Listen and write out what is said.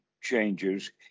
changes